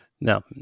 Now